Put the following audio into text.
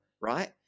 Right